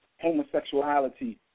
Homosexuality